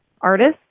artists